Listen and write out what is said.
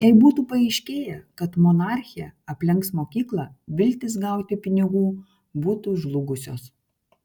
jei būtų paaiškėję kad monarchė aplenks mokyklą viltys gauti pinigų būtų žlugusios